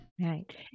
Right